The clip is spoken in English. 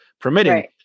permitting